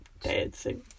Dancing